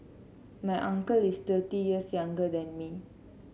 my uncle is thirty years younger than me